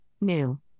New